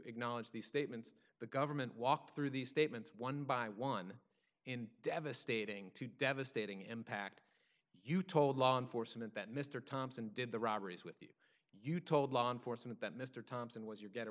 acknowledge these statements the government walked through these statements one by one in devastating to devastating impact you told law enforcement that mr thompson did the robberies with you you told law enforcement that mr thompson was your get